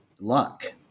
luck